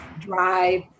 drive